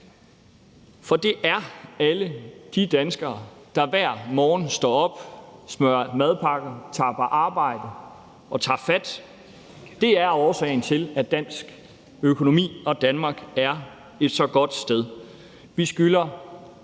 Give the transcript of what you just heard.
For det er alle de danskere, der hver morgen står op, smører madpakke, tager på arbejde og tager fat, der er årsagen til, at dansk økonomi og Danmark er et så godt sted.